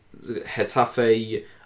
Hetafe